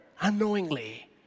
unknowingly